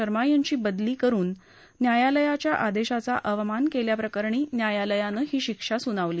शर्मा यांची बदली करुन न्यायालयाच्या आदेशाचा अवमान केल्याप्रकरणी न्यायालयानं ही शिक्षा सुनावली